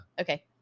Okay